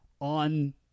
on